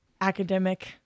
academic